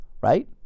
Right